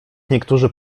niektórzy